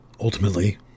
Ultimately